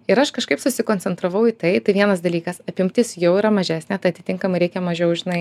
ir aš kažkaip susikoncentravau į tai tai vienas dalykas apimtis jau yra mažesnė tai atitinkamai reikia mažiau žinai